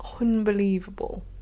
Unbelievable